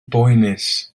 boenus